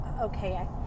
okay